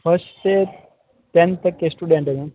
first से tenth तक के स्टूडेंट है मैम